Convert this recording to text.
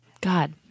God